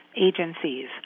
agencies